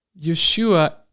Yeshua